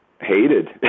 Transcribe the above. hated